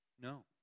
No